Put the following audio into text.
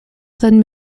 then